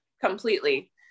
Completely